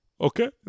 okay